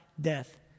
death